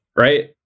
Right